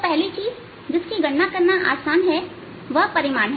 तो पहली चीज जिसकी गणना करना सबसे आसान है वह परिमाण है